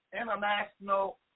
International